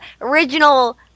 original